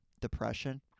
depression